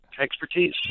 expertise